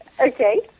Okay